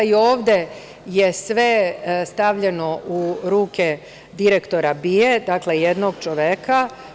I ovde je sve stavljeno u ruke direktora BIA, dakle, jednog čoveka.